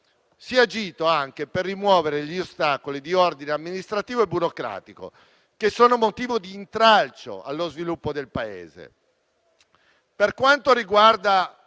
Si è agito anche per rimuovere gli ostacoli di ordine amministrativo e burocratico, che sono motivo di intralcio allo sviluppo del Paese. Per quanto riguarda